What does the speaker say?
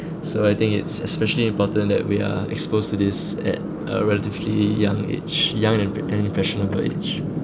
so I think it's especially important that we are exposed to this at a relatively young age young and imp~ and impressionable age